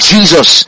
Jesus